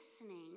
listening